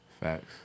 Facts